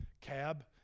cab